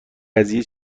قضیه